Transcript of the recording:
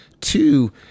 Two